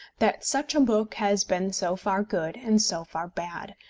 that such a book has been so far good and so far bad,